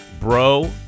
bro